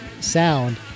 sound